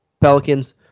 Pelicans